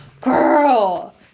girl